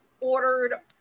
ordered